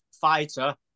fighter